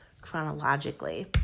chronologically